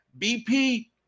BP